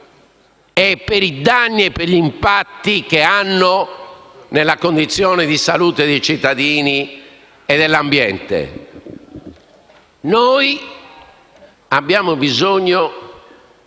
e per i danni e gli impatti sulla condizione di salute dei cittadini e dell'ambiente. Abbiamo bisogno